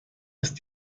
ist